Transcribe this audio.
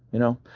you know?